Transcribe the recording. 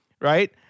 right